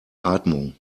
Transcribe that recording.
atmung